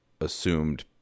assumed